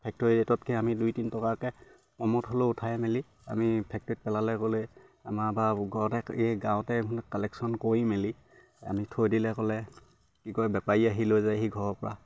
factory ৰেটতকে আমি দুই তিন টকাকে কমত হ'লেও উঠাই মেলি আমি ফেক্টৰীত পেলালে ক'লে আমাৰ বা ঘৰতে এই গাঁৱতে কালেকশ্যন কৰি মেলি আমি থৈ দিলে ক'লে কি কয় বেপাৰী আহি লৈ যায়হি ঘৰৰ পৰা